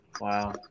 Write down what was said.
Wow